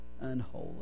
unholy